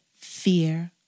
fear